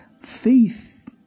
faith